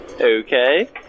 okay